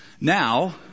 Now